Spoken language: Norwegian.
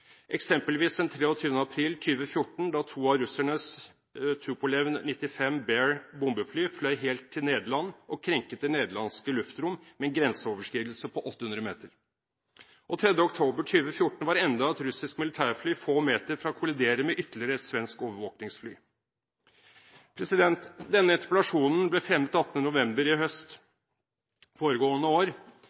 eksempelvis den 23. april 2014, da to av russernes Tupolev Tu-95 Bear bombefly fløy helt til Nederland og krenket det nederlandske luftrom med en grenseoverskridelse på 800 meter. Den 3. oktober 2014 var enda et russisk militærfly få meter fra å kollidere med ytterligere et svensk overvåkingsfly. Denne interpellasjonen ble fremmet den 18. november foregående år, og den er i